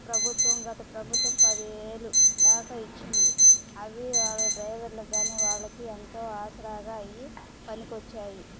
ప్రభుత్వం గత ప్రభుత్వం పది వేలు దాకా ఇచ్చింది అవి వాళ్ళ డ్రైవర్లకు కానీ వాళ్లకి ఎంతో ఆసరాగా అవి పనికొచ్చాయి